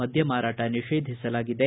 ಮದ್ಯ ಮಾರಾಟ ನಿಷೇಧಿಸಲಾಗಿದೆ